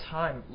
time